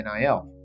NIL